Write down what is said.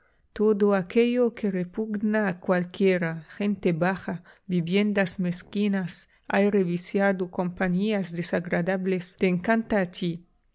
todo aquello que repugna a cualquiera gente baja viviendas mezquinas aire viciado compañías desagradables